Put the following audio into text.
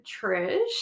Trish